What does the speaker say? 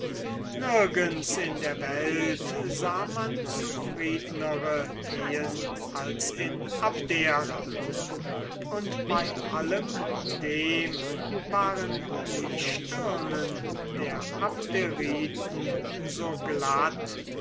nirgends in der welt sah man zufriednere ehen als in abdera und bei allem dem waren die stirnen der abderiten so glatt